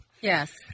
Yes